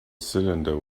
cylinder